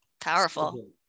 Powerful